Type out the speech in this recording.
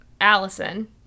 Allison